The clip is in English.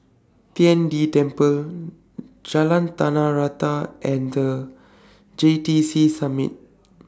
Tian De Temple Jalan Tanah Rata and The J T C Summit